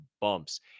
bumps